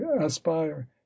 aspire